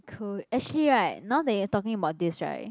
cool actually right now that you are talking about this right